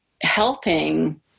helping